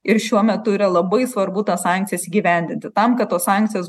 ir šiuo metu yra labai svarbu tas sankcijas įgyvendinti tam kad tos sankcijos